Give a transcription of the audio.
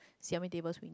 seven table with